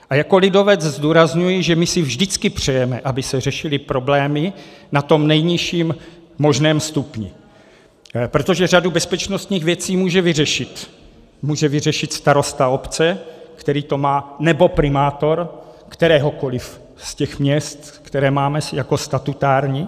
A jako lidovec zdůrazňuji, že my si vždycky přejeme, aby se řešily problémy na tom nejnižším možném stupni, protože řadu bezpečnostních věcí může vyřešit starosta obce, který to má, nebo primátor kteréhokoli z těch měst, které máme jako statutární.